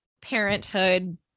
parenthood